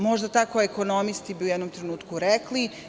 Možda bi tako ekonomisti u jednom trenutku rekli.